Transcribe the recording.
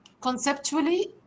conceptually